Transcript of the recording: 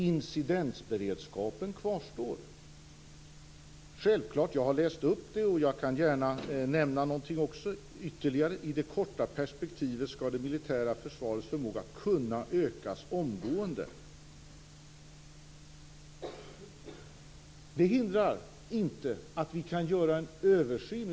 Incidentberedskapen kvarstår. Jag har läst upp det, och jag kan gärna nämna något ytterligare. I det korta perspektivet skall det militära försvarets förmåga kunna ökas omgående. Det hindrar inte att vi kan göra en översyn.